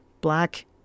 black